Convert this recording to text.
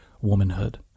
womanhood